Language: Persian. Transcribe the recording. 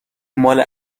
ماله